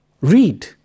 read